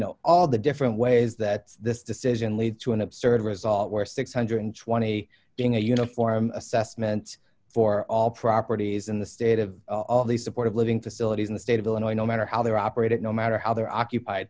know all the different ways that this decision lead to an absurd result where six hundred and twenty being a uniform assessment for all properties in the state of all the support of living facilities in the state of illinois no matter how they're operated no matter how they're occupied